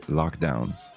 lockdowns